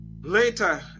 later